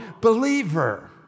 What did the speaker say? believer